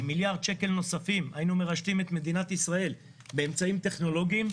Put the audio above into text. עם מיליארד שקל נוספים היינו מרשתים את מדינת ישראל באמצעים טכנולוגיים,